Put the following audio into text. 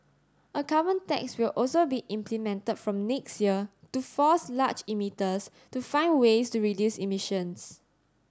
a carbon tax will also be implemented from next year to force large emitters to find ways to reduce emissions